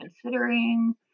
considering